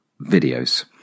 videos